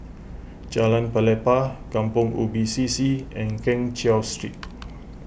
Jalan Pelepah Kampong Ubi C C and Keng Cheow Street